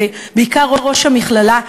ובעיקר ראש המכללה,